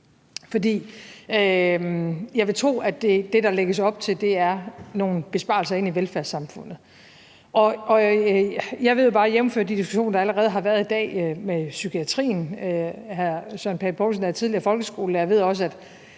jeg vil tro, at det, der lægges op til, er nogle besparelser inde i velfærdssamfundet. Og jeg ved jo bare – jævnfør de diskussioner, der allerede har været i dag om psykiatrien – at pengene ikke sidder løst. Hr. Søren Pape Poulsen er tidligere folkeskolelærer og ved også,